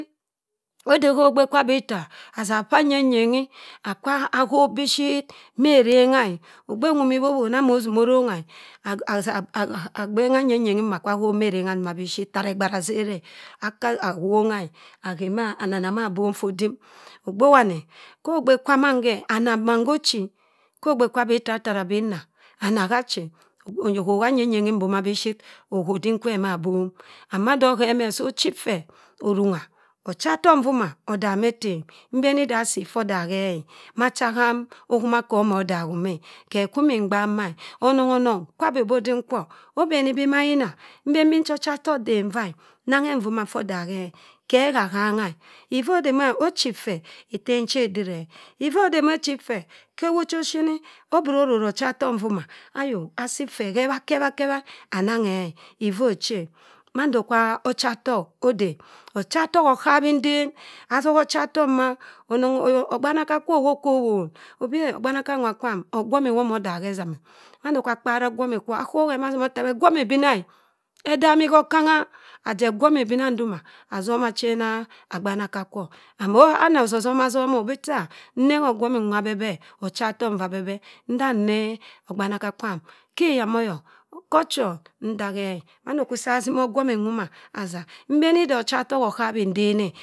Ode ghe ogbe kwa abi itta, ada bhaa anying yengi akwa akhok büshit meh erengha e. ogbe nwo mi iwo-wona mo osima orongha e. Ada gbenaghe ayeng-nyengi tara egbe ha sera. e aka kwongha a. anana ma ibom ffa odim ogbe wani. ho ogbe kwa man n khe anna mann khe chi. Che ọgbe kwa abi itta otara abi inna ana mingha achi e. Odo okhogha ayenye bomma bishit okhe odim kwe ma abom. Amd madi ohẹ mẹh ta ochi ffe orungha. Ochatok invo ma odam etem. Mbemi da assi ffa odughe e. Macha ham okhimaka omo daghim me e. Ghe kwu mii gbak ma e onong. Onong kwa abeh loo odim kwọ abeni bi mayina, mbenbi ncha ochatok dem nua, ananghe nvoma ffo odaghe e. khe gha aghangha e. iffa ode me, da ochi ffe, atem che dire e. iffa ode me ochi ffe kha ewu cho oshini obro ororr ochatok nvoma, ayo asii ffe khe abharr khe abharr ananghe e iffa ochi e. Mando kwa ochatok ode eh. Ochatok oghalohinden. Asoha ochatok ma. onong ogbanaka kwo owop ka owon. Abi ah ogbanaka nwa kwam, ogwomi wono odaghe sam eh. mando kwa akpara ogwomi kwo ̣. Akhoghe maa si ma otami. Egwomi bina e. Edami gho okangha! Ajeh egwomini bina ndoma, asoma achena agbanaka kwo. And ana osisomi asomo o obi ta nnengha ogwomi. nwo abebe, ochatok nva abebe nda nne ogbana ka kwam khi iyamomo yong, kho ochon ntha heh e. Mando si sa atima ogwomi nwoma aza mbeni da ochata okhibhi nden e